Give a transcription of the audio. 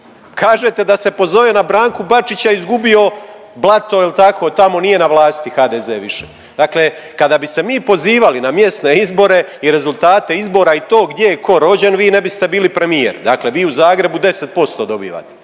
Kažete da se pozove na Branku Bačića, izgubio Blato ili tako, tamo nije na vlasti HDZ više, dakle kada bi se mi pozivali na mjesne izbore i rezultate izbora i tog gdje je ko rođen vi ne biste bili premijer, dakle vi u Zagrebu 10% dobivate,